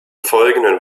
folgenden